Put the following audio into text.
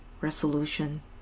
resolution